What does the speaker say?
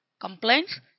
complaints